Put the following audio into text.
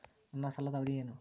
ನನ್ನ ಸಾಲದ ಅವಧಿ ಏನು?